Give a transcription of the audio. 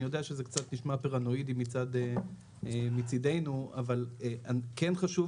אני יודע שזה קצת נשמע פרנואידי מצדנו אבל כן חשוב